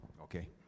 okay